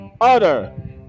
Utter